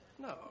No